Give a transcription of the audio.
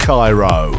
Cairo